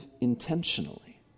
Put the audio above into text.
intentionally